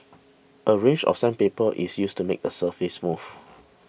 a range of sandpaper is used to make the surface smooth